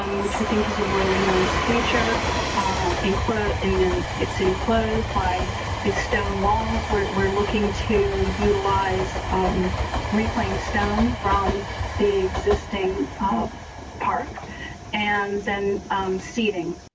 um which we think is a really nice feature include in it's enclosed by the stone walls were looking to utilize reclaim stone from the existing um park and then seating.